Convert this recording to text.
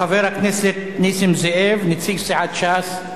חבר הכנסת נסים זאב, נציג סיעת ש"ס.